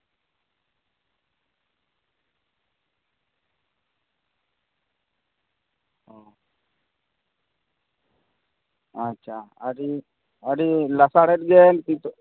ᱟᱪᱪᱷᱟ ᱟᱹᱰᱤ ᱟᱹᱰᱤ ᱞᱟᱥᱟᱬᱦᱮᱫ ᱜᱮ